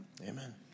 amen